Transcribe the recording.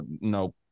no